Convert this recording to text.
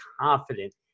confident